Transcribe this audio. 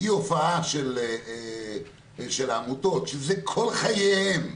הופעה של עמותות שזה כל חייהם.